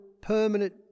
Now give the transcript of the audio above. permanent